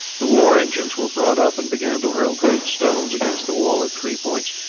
the war-engines were brought up and began to hurl great stones against the wall at three points.